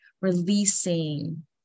releasing